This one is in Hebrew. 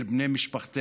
אל בני משפחתך.